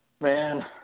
man